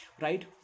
right